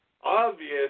obvious